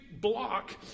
block